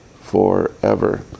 forever